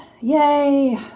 Yay